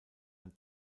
ein